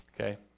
Okay